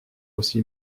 aussi